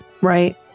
Right